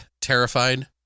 Terrified